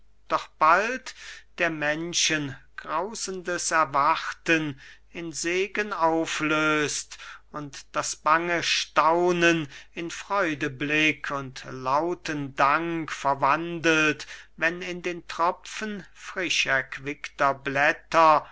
doch bald der menschen grausendes erwarten in segen auflös't und das bange staunen in freudeblick und lauten dank verwandelt wenn in den tropfen frischerquickter blätter